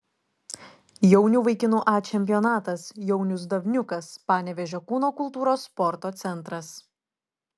jaunių vaikinų a čempionatas jaunius davniukas panevėžio kūno kultūros sporto centras